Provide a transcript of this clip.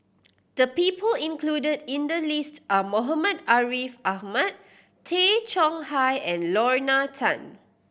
the people included in the list are Muhammad Ariff Ahmad Tay Chong Hai and Lorna Tan